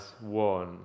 one